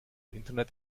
internet